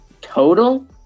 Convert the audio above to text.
Total